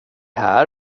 här